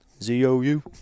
Z-O-U